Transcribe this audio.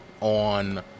on